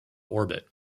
orbit